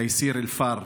תייסיר אלפאר.